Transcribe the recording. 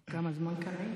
כמה זמן, קרעי?